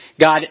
God